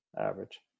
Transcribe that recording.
Average